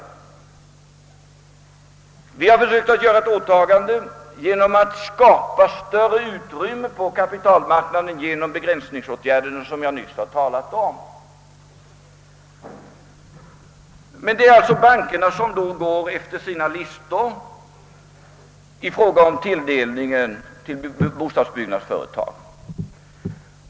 Regeringen har försökt att skapa större utrymme på kapitalmarknaden genom de begränsningsåtgärder jag nyss talat om, men bankerna går efter sina listor vid tilldelningen av krediter till bostadsbyggnadsföretag.